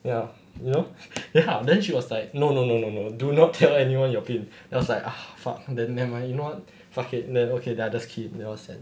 ya you know ya then she was like no no no no no do not tell anyone your pin then I was like ah fuck then nevermind you know fuck it then okay then I just key in